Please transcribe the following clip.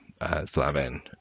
Slaven